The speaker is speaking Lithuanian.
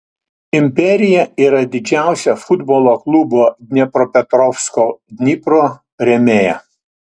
imperija yra didžiausia futbolo klubo dniepropetrovsko dnipro rėmėja